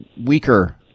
weaker